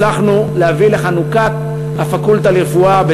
הצלחנו להביא לחנוכת הפקולטה לרפואה,